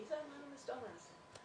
מי זה התורם האלמוני הזה,